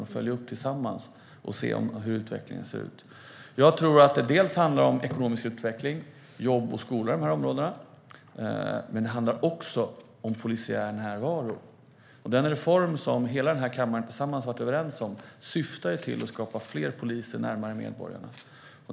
Vi kan följa upp det tillsammans och se hur utvecklingen ser ut. Jag tror att det handlar om ekonomisk utveckling, jobb och skolor i de här områdena, men det handlar också om polisiär närvaro. Den reform som hela den här kammaren har varit överens om syftar till att skapa fler poliser närmare medborgarna.